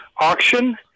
auction